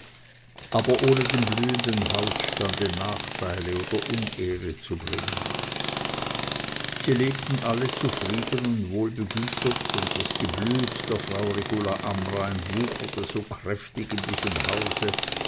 aber ohne dem blühenden hausstande nachteile oder unehre zu bringen sie lebten alle zufrieden und wohlbegütert und das geblüt der frau regula amrain wucherte so kräftig in diesem hause